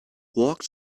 walked